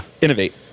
Innovate